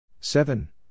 Seven